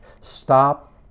Stop